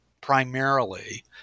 primarily